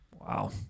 wow